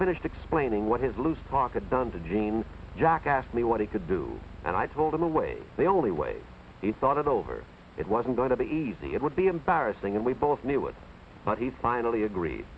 finished explaining what his loose pocket done to jean jacques asked me what he could do and i told him the way the only way he thought it over it wasn't going to be easy it would be embarrassing and we both knew it but he finally agreed